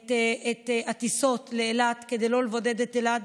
את הטיסות לאילת כדי שלא לבודד את אילת,